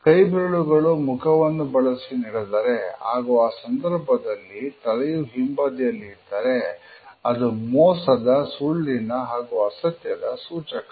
ಕೈಬೆರಳುಗಳು ಮುಖವನ್ನು ಬಳಸಿ ನಡೆದರೆ ಹಾಗೂ ಆ ಸಂದರ್ಭದಲ್ಲಿ ತಲೆಯು ಹಿಂಬದಿಯಲ್ಲಿ ದ್ದಾರೆ ಅದು ಮೋಸದ ಸುಳ್ಳಿನ ಹಾಗೂ ಅಸತ್ಯದ ಸೂಚಕ